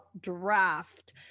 draft